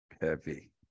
Heavy